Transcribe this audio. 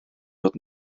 fod